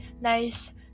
nice